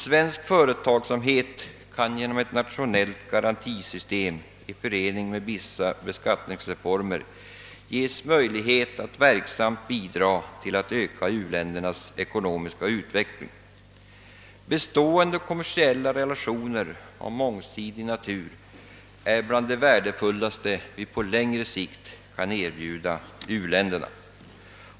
Svensk företagsamhet kan genom ett nationellt garantisystem i förening med vissa beskattningsreformer ges möjlighet att verksamt bidra till u-ländernas ekonomiska utveckling. Bestående ikommersiella relationer av mångsidig natur är bland det värdefullaste vi på längre sikt kan erbjuda u-länderna.